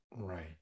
Right